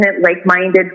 like-minded